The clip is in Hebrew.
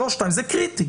זה קריטי.